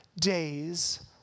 days